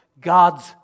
God's